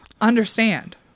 understand